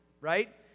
right